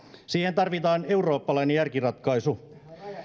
siihen tarvitaan eurooppalainen järkiratkaisu